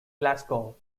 glasgow